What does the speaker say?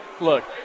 Look